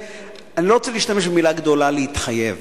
אני לא רוצה להשתמש במלה גדולה, "להתחייב",